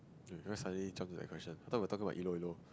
why suddenly jump to that question I thought we were talking about Ilo-Ilo